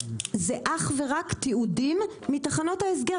זה אך ורק תיעודים מתחנות ההסגר,